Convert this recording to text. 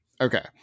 Okay